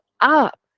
up